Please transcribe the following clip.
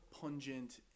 pungent